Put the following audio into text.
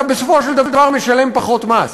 אתה בסופו של דבר משלם פחות מס.